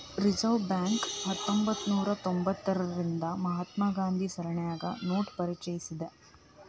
reserve bank ಹತ್ತೊಂಭತ್ನೂರಾ ತೊಭತಾರ್ರಿಂದಾ ರಿಂದ ಮಹಾತ್ಮ ಗಾಂಧಿ ಸರಣಿನ್ಯಾಗ ನೋಟ ಪರಿಚಯಿಸೇದ್